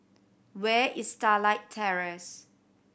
where is Starlight Terrace